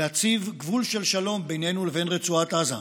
להציב גבול של שלום בינינו לבין רצועת עזה.